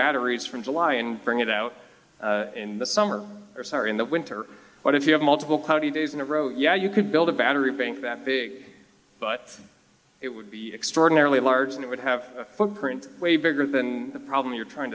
batteries from july and bring it out in the summer or sorry in the winter what if you have multiple cloudy days in a row yeah you could build a battery bank that big but it would be extraordinarily large and it would have a footprint way bigger than the problem you're trying